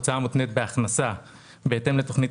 הוצאה מותנית בהכנסה בהתאם לתכנית